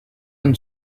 and